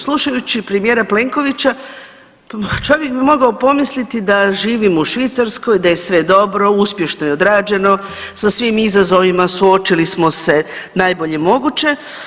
Slušajući premijera Plenkovića, pa čovjek bi mogao pomisliti da živimo u Švicarskoj, da je sve dobro, uspješno je odrađeno, sa svim izazovima suočili smo se najbolje moguće.